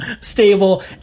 stable